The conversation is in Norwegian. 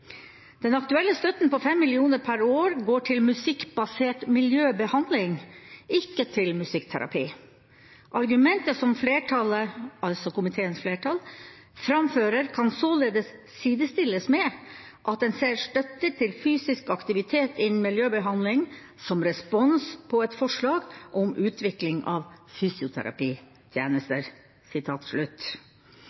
den aktuelle støtten på 5 mill. kr per år går til musikkbasert miljøbehandling, ikke til musikkterapi. Argumentet som flertallet – altså komiteens flertall – framfører, kan således sidestilles med at en ser støtte til fysisk aktivitet innen miljøbehandling som respons på et forslag om utvikling av